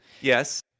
Yes